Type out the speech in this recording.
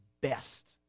best